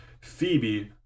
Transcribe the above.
Phoebe